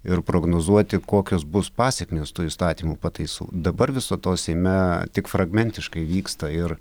ir prognozuoti kokios bus pasekmės tų įstatymų pataisų dabar viso to seime tik fragmentiškai vyksta ir